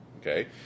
okay